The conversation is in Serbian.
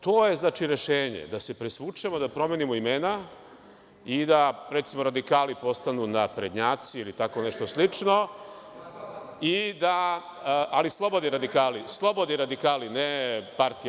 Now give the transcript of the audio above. To je znači rešenje, da se presvučemo, da promenimo imena, i da, recimo, radikali postanu naprednjaci ili tako nešto slično. (Zoran Krasić: Napada nas.) Slobodni radikali, ne partija.